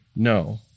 no